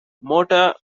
mortar